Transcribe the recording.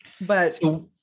But-